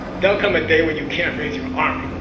there will come a day when you can't raise your arm.